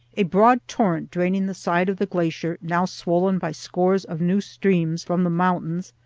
a broad torrent, draining the side of the glacier, now swollen by scores of new streams from the mountains,